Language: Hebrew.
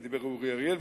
ודיבר אורי אריאל,